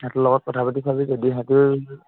সেহেঁতৰ লগত কথা পতি চাবি যদি সেহেঁতিও